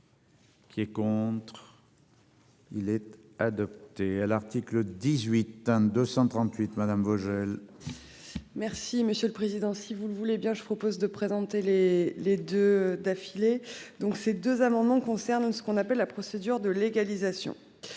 Qui est contre. Il est adopté à l'article 18 hein. 238 madame Vogel. Merci monsieur le président, si vous le voulez bien, je propose de présenter les les deux d'affilé. Donc ces deux amendements concernent ce qu'on appelle la procédure de légalisation.